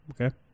Okay